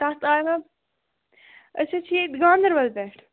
تَتھ آیو أسۍ حظ چھِ ییٚتہِ گاندَربَل پٮ۪ٹھ